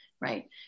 Right